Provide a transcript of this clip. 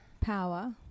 power